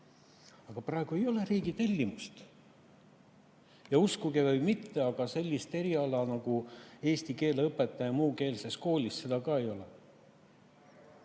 Aga praegu ei ole riigi tellimust. Ja uskuge või mitte, aga sellist eriala nagu "eesti keele õpetaja muukeelses koolis" – seda ei ole!